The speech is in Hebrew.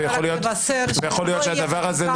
ויכול להיות שהדבר הזה